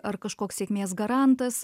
ar kažkoks sėkmės garantas